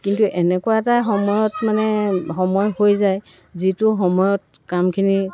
কিন্তু এনেকুৱা এটা সময়ত মানে সময় হৈ যায় যিটো সময়ত কামখিনি